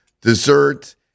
dessert